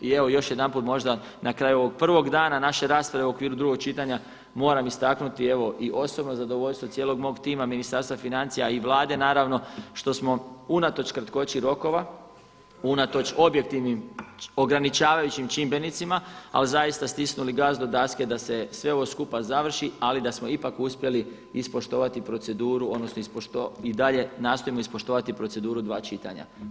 I evo još jedanput možda na kraju ovog prvog dana naše rasprave u okviru drugog čitanja moram istaknuti evo i osobno zadovoljstvo cijelog mog tima Ministarstva financija i Vlade naravno, što smo unatoč kratkoći rokova, unatoč objektivnim ograničavajućim čimbenicima, ali zaista stisnuli gas do daske da se sve ovo skupa završi, ali da smo ipak uspjeli ispoštovati proceduru, odnosno i dalje nastojimo ispoštovati proceduru dva čitanja.